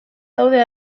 daude